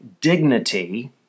dignity